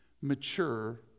mature